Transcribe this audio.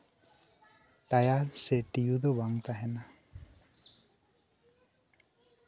tyre ᱥᱮ ᱴᱤᱭᱩ ᱫᱚ ᱵᱟᱝ ᱛᱟᱦᱮᱸᱱᱟ